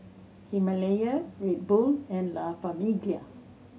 Himalaya Red Bull and La Famiglia